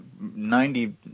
ninety